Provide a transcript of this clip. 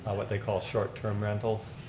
what they call short term rentals,